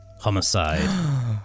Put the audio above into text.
homicide